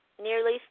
Nearly